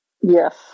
Yes